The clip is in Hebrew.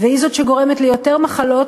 והיא זאת שגורמת ליותר מחלות,